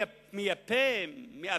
קוסמטיקאי.